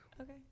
Okay